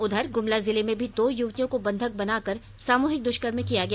उधर गुमला जिले में भी दो युवतियों को बंधक बनाकर सामूहिक दुष्कर्म किया गया